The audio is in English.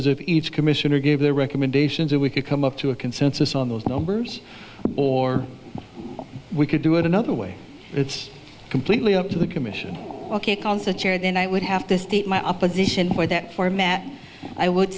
as if each commissioner gave their recommendations or we could come up to a consensus on those numbers or we could do it another way it's completely up to the commission ok concert chair then i would have to state my opposition for that format i would